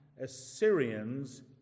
Assyrians